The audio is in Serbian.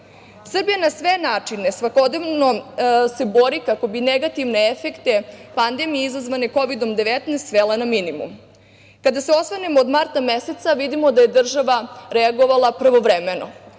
Srbija se na sve načine svakodnevno bori kako bi negativne efekte pandemije izazvane Kovidom – 19 svela na minimum. Kada se osvrnemo od marta meseca vidimo da je država reagovala pravovremeno.